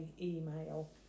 email